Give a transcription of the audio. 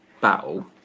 battle